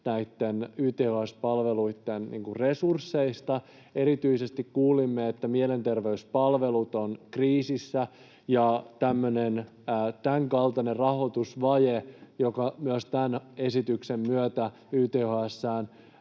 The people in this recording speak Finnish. näitten YTHS-palveluitten resursseista. Erityisesti kuulimme, että mielenterveyspalvelut ovat kriisissä. Tämänkaltainen rahoitusvaje, joka myös tämän esityksen myötä YTHS:ään